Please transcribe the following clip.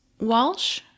Walsh